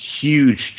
huge